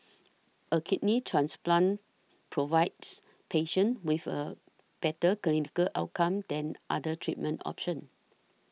a kidney transplant provides patients with a better clinical outcome than other treatment options